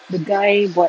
the guy bought